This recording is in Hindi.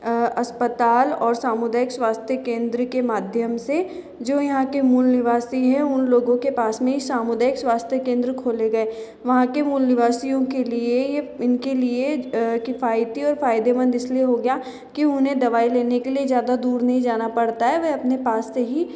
अस्पताल और सामुदायिक स्वास्थ्य केंद्र के माध्यम से जो यहाँ के मूल निवासी हैं उन लोगों के पास में सामुदायिक स्वास्थ्य केंद्र खोले गए वहाँ के मूलनिवासियों के लिए यह उनके लिए किफ़ायती और फ़ायदेमंद इसलिए हो गया कि उन्हें दवाई लेने के लिए ज़्यादा दूर नहीं जाना पड़ता है वह अपने पास से ही